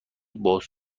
باز